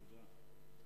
תודה.